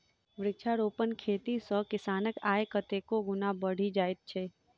वृक्षारोपण खेती सॅ किसानक आय कतेको गुणा बढ़ि जाइत छै